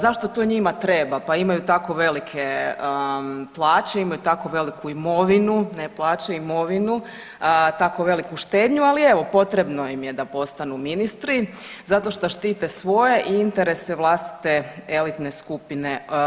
Zašto to njima treba pa imaju tako velike plaće, imaju tako veliku imovinu, ne plaće imovinu, tako veliku štednju, ali evo potrebno im je da postanu ministri zato što štite svoje i interese vlastite elitne skupine.